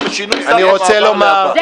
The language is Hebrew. אני רוצה לומר -- צריך הורדת פקטור,